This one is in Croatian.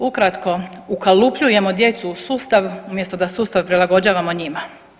Ukratko, ukalupljujemo djecu u sustav umjesto da sustav prilagođavamo njima.